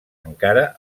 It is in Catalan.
encara